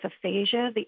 aphasia